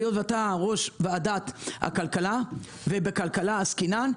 היות ואתה יו"ר ועדת הכלכלה ובכלכלה עסקינן,